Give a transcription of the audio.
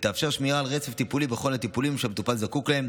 ותאפשר שמירה על רצף טיפולי בכל הטיפולים שהמטופל זקוק להם,